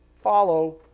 follow